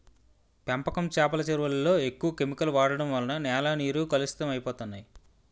పెంపకం చేపల చెరువులలో ఎక్కువ కెమికల్ వాడడం వలన నేల నీరు కలుషితం అయిపోతన్నాయి